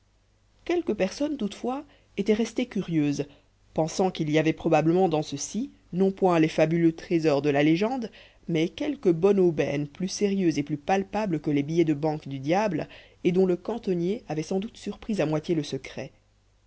quelques personnes toutefois étaient restées curieuses pensant qu'il y avait probablement dans ceci non point les fabuleux trésors de la légende mais quelque bonne aubaine plus sérieuse et plus palpable que les billets de banque du diable et dont le cantonnier avait sans doute surpris à moitié le secret